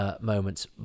Moments